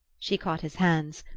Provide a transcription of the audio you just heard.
she caught his hands.